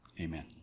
amen